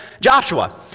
Joshua